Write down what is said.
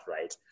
right